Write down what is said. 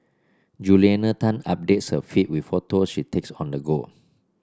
Juliana Tan updates her feed with photo she takes on the go